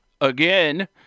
again